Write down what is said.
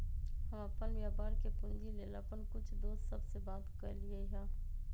हम अप्पन व्यापार के पूंजी लेल अप्पन कुछ दोस सभ से बात कलियइ ह